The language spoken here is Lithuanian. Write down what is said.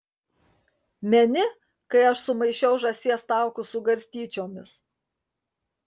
meni kai aš sumaišiau žąsies taukus su garstyčiomis